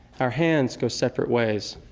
our hands go separate ways.